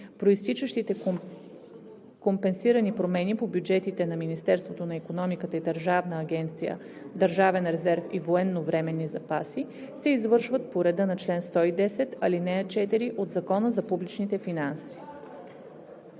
Произтичащите компенсирани промени по бюджетите на Министерството на икономиката и Държавна агенция „Държавен резерв и военновременни запаси“ се извършват по реда на чл. 110, ал. 4 от Закона за публичните финанси.“